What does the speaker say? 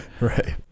Right